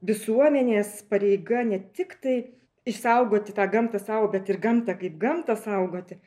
visuomenės pareiga ne tiktai išsaugoti tą gamtą sau bet ir gamtą kaip gamtą saugoti